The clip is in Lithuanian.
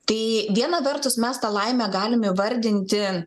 tai viena vertus mes tą laimę galim įvardinti